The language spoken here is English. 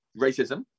racism